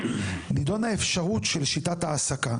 נידונה האפשרות של שיטת העסקה